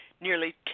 Nearly